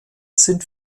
sind